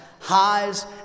highs